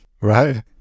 Right